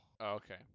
Okay